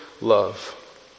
love